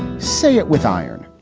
say it with iron.